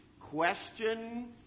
question